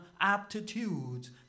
aptitudes